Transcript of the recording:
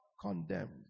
condemned